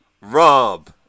Rob